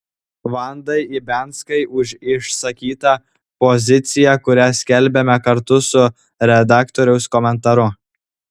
vandai ibianskai už išsakytą poziciją kurią skelbiame kartu su redaktoriaus komentaru